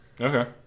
okay